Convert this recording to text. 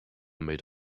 made